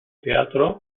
teatro